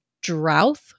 drought